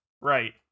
Right